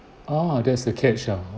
oh there's a catch ah